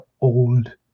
old